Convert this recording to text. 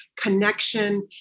connection